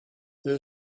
there